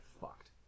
fucked